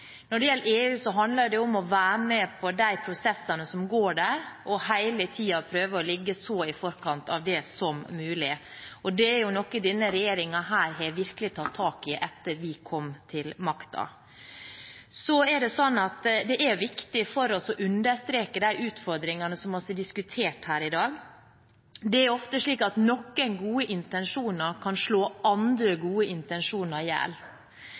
går der, og hele tiden prøve å ligge så mye som mulig i forkant av dem, og det er jo noe som denne regjeringen virkelig har tatt tak i etter at vi kom til makten. Så er det viktig for oss å understreke de utfordringene som vi har diskutert her i dag. Det er ofte slik at noen gode intensjoner kan slå andre gode intensjoner i hjel,